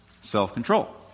self-control